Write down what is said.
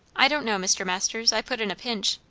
i don't know, mr. masters. i put in a pinch.